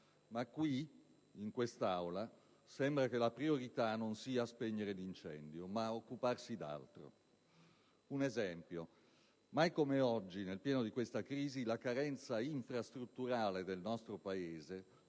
ma in quest'Aula sembra che la priorità non sia spegnere l'incendio, ma occuparsi d'altro. Un esempio: mai come oggi, nel pieno della crisi, la carenza infrastrutturale del nostro Paese